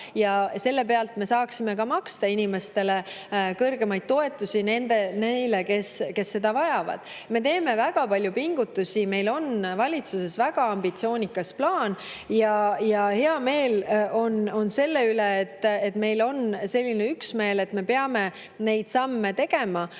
Selle pealt me saaksime maksta ka kõrgemaid toetusi neile, kes seda vajavad. Me teeme väga palju pingutusi, meil on valitsuses väga ambitsioonikas plaan. Ja hea meel on selle üle, et meil on selline üksmeel, et me peame neid samme tegema.